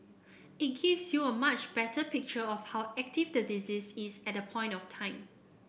it gives you a much better picture of how active the disease is at that point of time